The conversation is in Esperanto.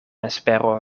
espero